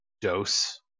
dose